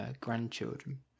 grandchildren